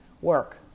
work